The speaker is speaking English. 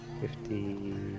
Fifty